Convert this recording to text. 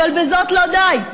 אבל בזאת לא די.